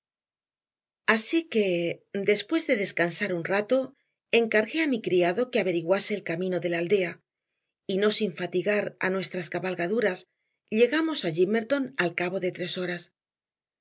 así que después de descansar un rato encargué a mi criado que averiguase el camino de la aldea y no sin fatigar a nuestras cabalgaduras llegamos a gimmerton al cabo de tres horas